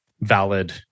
valid